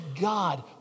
God